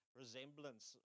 resemblance